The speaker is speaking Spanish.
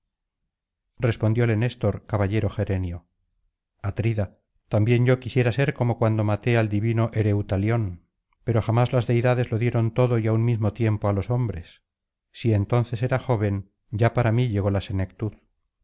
respondióle néstor caballero gerenio atrida también yo quisiera ser como cuando maté al divino ereutalión pero jamás las deidades lo dieron todo y á un mismo tiempo á los hombres si entonces era joven ya para mí llegó la senectud